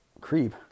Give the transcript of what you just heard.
Creep